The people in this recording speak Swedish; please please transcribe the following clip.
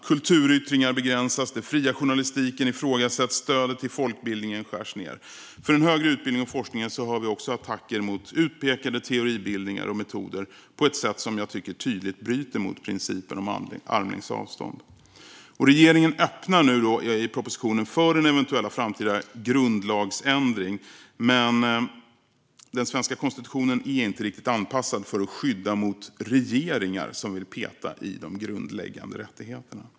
Kulturyttringar begränsas, den fria journalistiken ifrågasätts och stödet till folkbildningen skärs ned. När det gäller den högre utbildningen och forskningen hör vi attacker mot utpekade teoribildningar och metoder på ett sätt som jag tycker tydligt bryter mot principen om armlängds avstånd. Regeringen öppnar i propositionen för en eventuell framtida grundlagsändring. Den svenska konstitutionen är dock inte riktigt anpassad för att skydda mot regeringar som vill peta i de grundläggande rättigheterna.